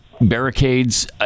barricades